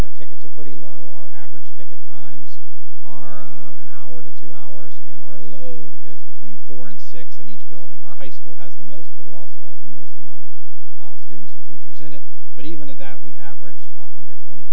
our tickets are pretty low our average ticket times are an hour to two hours and our load is between four and six in each building our high school has the most but it also has the most amount of students and teachers in it but even at that we averaged under twenty